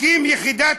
גדוד,